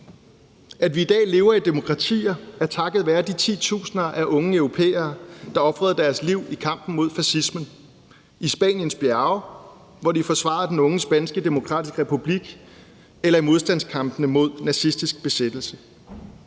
At vi i dag lever i demokratier, er takket være de titusinder af unge europæere, der ofrede deres liv i kampen mod fascismen i Spaniens bjerge, hvor de forsvarede den unge spanske demokratiske republik, eller i modstandskampen mod nazistisk besættelse.